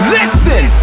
Listen